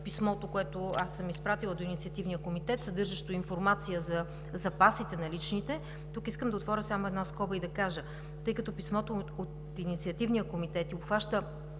писмото, което аз съм изпратила до Инициативния комитет, съдържащо информация за наличните запаси, тук искам само да отворя една скоба и да кажа – тъй като писмото от Инициативния комитет обхваща